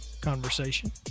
conversation